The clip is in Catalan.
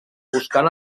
buscant